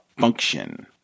function